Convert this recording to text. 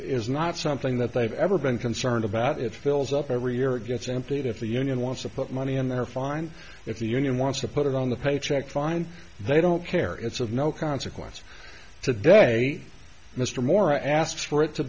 is not something that they've ever been concerned about it fills up every year it gets emptied if the union wants to put money in there fine if the union wants to put it on the paycheck find they don't care it's of no consequence to day mr moore asked for it to